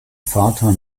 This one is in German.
vater